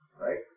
Right